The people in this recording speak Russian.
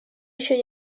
еще